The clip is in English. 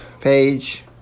page